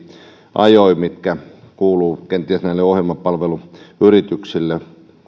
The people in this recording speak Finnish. ajoja mitkä kuuluvat kenties näille ohjelmapalveluyrityksille